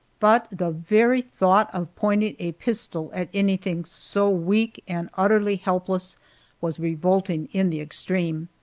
but the very thought of pointing a pistol at anything so weak and utterly helpless was revolting in the extreme.